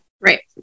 Right